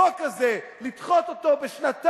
בחוק כזה, לדחות אותו בשנתיים,